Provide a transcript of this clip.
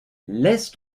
laisse